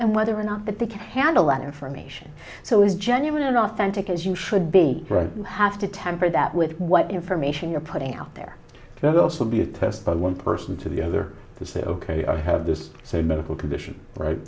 and whether or not that they can handle that information so a genuine and authentic as you should be right you have to temper that with what information you're putting out there there's also be a test by one person to the other to say ok i have this same medical condition right